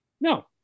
No